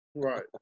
Right